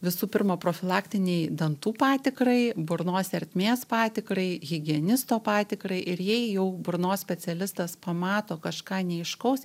visų pirma profilaktinei dantų patikrai burnos ertmės patikrai higienisto patikrai ir jei jau burnos specialistas pamato kažką neaiškaus